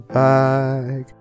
back